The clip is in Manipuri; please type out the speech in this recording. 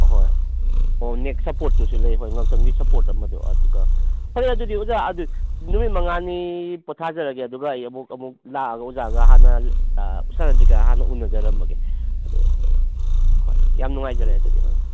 ꯑꯍꯣꯏ ꯑꯣ ꯅꯦꯛ ꯁꯞꯄꯣꯔꯠꯇꯨꯁꯨ ꯂꯩ ꯍꯣꯏ ꯉꯛꯁꯝꯒꯤ ꯁꯞꯄꯣꯔꯠ ꯑꯃꯗꯨ ꯑꯗꯨꯒ ꯐꯔꯦ ꯑꯗꯨꯗꯤ ꯑꯣꯖꯥ ꯑꯗꯨ ꯅꯨꯃꯤꯠ ꯃꯉꯥꯅꯤ ꯄꯣꯊꯥꯖꯔꯒꯦ ꯑꯗꯨꯒ ꯑꯩ ꯑꯃꯨꯛ ꯑꯃꯨꯛ ꯂꯥꯛꯑꯒ ꯑꯣꯖꯥꯒ ꯍꯥꯟꯅ ꯁꯥꯔ ꯔꯟꯖꯤꯠꯀ ꯍꯥꯟꯅ ꯎꯅꯖꯔꯝꯃꯒꯦ ꯑꯗꯨ ꯍꯣꯏ ꯌꯥꯝ ꯅꯨꯡꯉꯥꯏꯖꯔꯦ ꯑꯗꯨꯗꯤ ꯑꯥ